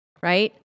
right